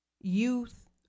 youth